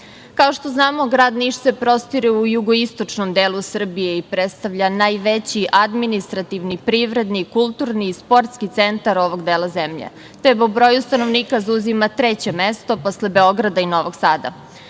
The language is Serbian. što znamo, grad Niš se prostire u jugoistočnom Srbije i predstavlja najveći administrativni i privredni, kulturni i sportski centar ovog dela zemlje. Te po broju stanovnika zauzima treće mesto, posle Beograda i Novog Sada.